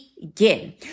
begin